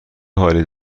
حالی